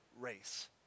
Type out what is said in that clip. race